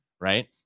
Right